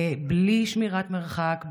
בלי שמירת מרחק,